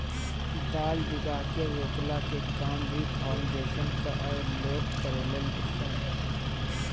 बाल विवाह के रोकला के काम भी फाउंडेशन कअ लोग करेलन सन